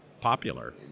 popular